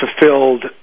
fulfilled